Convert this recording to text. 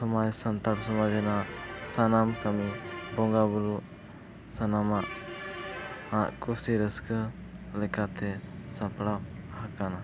ᱥᱚᱢᱟᱡᱽ ᱥᱟᱱᱛᱟᱲ ᱥᱚᱢᱟᱡᱽ ᱨᱮᱱᱟᱜ ᱥᱟᱱᱟᱢ ᱠᱟᱹᱢᱤ ᱵᱚᱸᱜᱟᱼᱵᱩᱨᱩ ᱥᱟᱱᱟᱢᱟᱜ ᱠᱩᱥᱤ ᱨᱟᱹᱥᱠᱟᱹ ᱞᱮᱠᱟᱛᱮ ᱥᱟᱯᱲᱟᱣ ᱟᱠᱟᱱᱟ